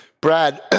Brad